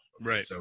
Right